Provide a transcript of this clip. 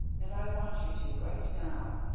and i want you to right now.